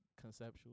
conceptual